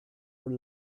her